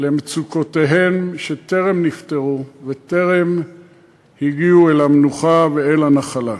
לאנשים שמצוקותיהם טרם נפתרו וטרם הגיעו אל המנוחה ואל הנחלה.